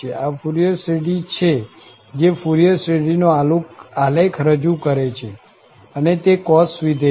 આ ફુરિયર શ્રેઢી છે જે ફુરિયર શ્રેઢી નો આલેખ રજૂ કરે છે અને તે cos વિધેય છે